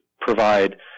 provide